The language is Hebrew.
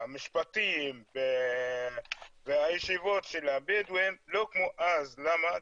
המשפטים והישיבות של הבדואים לא כמו אז, למה?